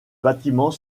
bâtiment